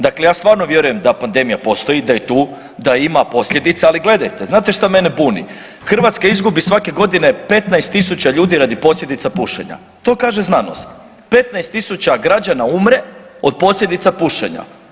Dakle, ja stvarno vjerujem da pandemija postoji da je tu, da ima posljedica, ali gledajte zanate šta mene buni, Hrvatska izgubi svake godine 15.000 ljudi radi posljedica pušenja, to kaže znanost, 15.000 građana umre od posljedica pušenja.